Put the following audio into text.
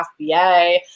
FBA